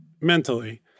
mentally